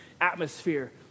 atmosphere